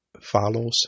follows